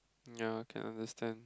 ya can understand